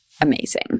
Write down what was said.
amazing